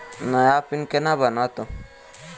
नया पिन केना बनत?